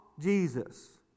Jesus